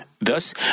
Thus